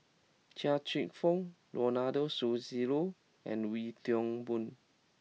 Chia Cheong Fook Ronald Susilo and Wee Toon Boon